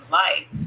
life